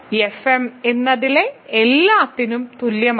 F എന്നതിലെ എല്ലാത്തിനും തുല്യമാണ്